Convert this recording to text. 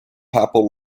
papal